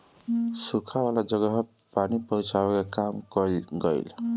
सुखा वाला जगह पे पानी पहुचावे के काम कइल गइल